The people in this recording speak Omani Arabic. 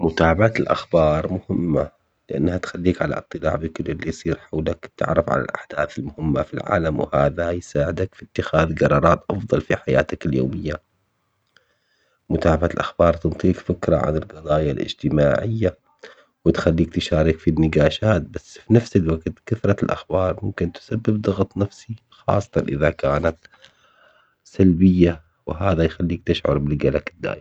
متابعة الأخبار مهمة لأنها تخليك على اطلاع بكل اللي يصير حولك تتعرف على الأحداث المهمة في العالم، وهذا يساعدك في اتخاذ قرارات أفضل في حياتك اليومية، متابعة الأخبار تنطيك فكرة عن القضايا الاجتماعية وتخليك تشارك في النقاشات بس بنفس الوقت كثرة الأخبار ممكن تسبب ضغط نفسي خاصةً إذا كانت سلبية، وهذا يخليك تشعر بالقلق دايم.